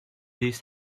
this